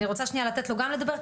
אני רוצה שנייה לתת לו גם לדבר,